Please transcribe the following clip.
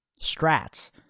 Strats